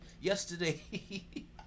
yesterday